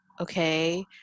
okay